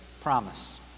promise